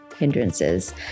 hindrances